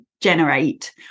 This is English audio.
generate